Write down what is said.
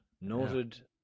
Noted